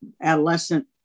adolescent